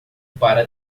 para